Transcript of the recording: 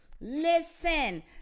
Listen